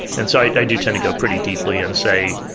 and so i do tend to go pretty deeply and say,